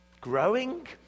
growing